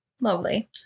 Lovely